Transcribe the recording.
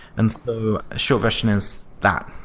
and a short version is that.